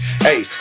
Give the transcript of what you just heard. Hey